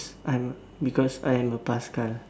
I'm a because I am a paskal